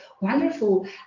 wonderful